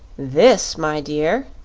this, my dear,